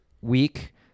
week